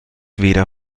weder